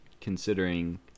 considering